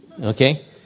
Okay